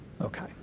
Okay